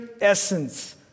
essence